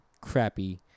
crappy